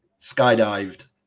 Skydived